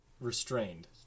restrained